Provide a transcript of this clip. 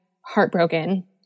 heartbroken